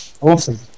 Awesome